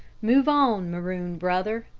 move on, maroon brother,